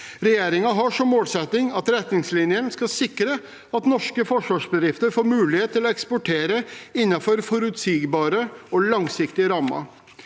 Regjeringen har som målsetting at retningslinjene skal sikre at norske forsvarsbedrifter får mulighet til å eksportere innenfor forutsigbare og langsiktige rammer.